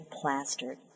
plastered